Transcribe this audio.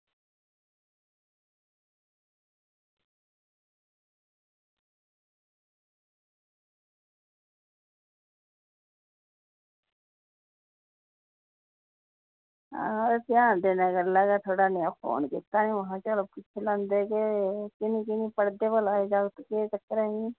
हां ध्यान देने गल्ला गै तुसें ई फोन कीता ते महां चलो पुच्छी लांदे के किन्नी किन्नी पढ़दे भला एह् जागत केह् चक्कर ऐ इ'नेंई